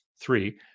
three